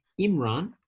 Imran